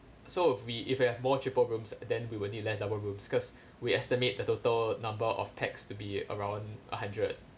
so if we if you have more triple rooms then we will need less number of room because we estimate the total number of pax to be around a hundred